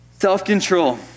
Self-control